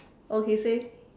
okay say